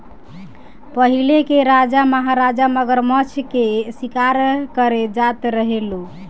पहिले के राजा महाराजा मगरमच्छ के शिकार करे जात रहे लो